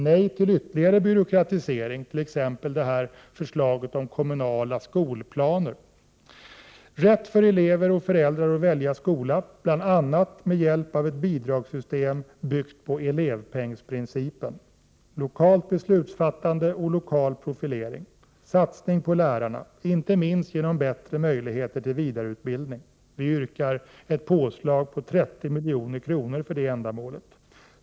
Nej till ytterligare byråkratisering, t.ex. den som förslaget om kommunala skolplaner skulle innebära. 2. Rätt för elever och föräldrar att välja skola, bl.a. med hjälp av ett bidragssystem byggt på elevpengsprincipen. 4. Satsning på lärarna, inte minst genom bättre möjligheter till vidareutbildning. Vi yrkar ett påslag på 30 milj.kr. för detta ändamål. 5.